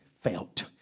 felt